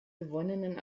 gewonnenen